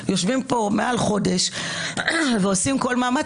יושבים פה מעל חודש ועושים כל מאמץ